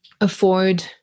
afford